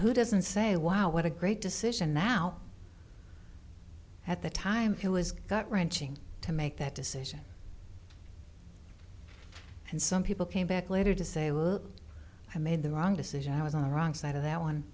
who doesn't say wow what a great decision now at the time it was gut wrenching to make that decision and some people came back later to say were i made the wrong decision i was on the wrong side of that one